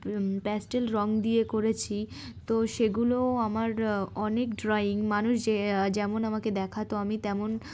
pastel রঙ দিয়ে করেছি তো সেগুলো আমার অনেক ড্রয়িং মানুষ যে যেমন আমাকে দেখাতো আমি তেমন